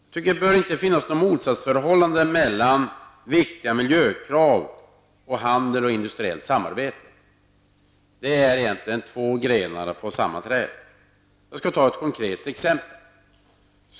Det bör enligt min mening inte finnas något motsatsförhållande mellan viktiga miljökrav å ena sidan och handel och industriellt samarbete å andra sidan. Det är egentligen två grenar på ett och samma träd. Jag vill ge ett konkret exempel.